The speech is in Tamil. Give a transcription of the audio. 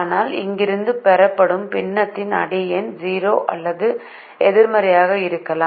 ஆனால் இங்கிருந்து பெறப்பட்ட பின்னத்தின் அடியெண் 0 அல்லது எதிர்மறையாக இருக்கலாம்